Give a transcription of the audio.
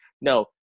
no